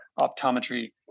optometry